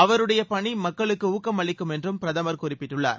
அவருடைய பணி மக்களுக்கு ஊக்கம் அளிக்கும் என்றும் பிரதமர் குறிப்பிட்டுள்ளார்